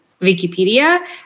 Wikipedia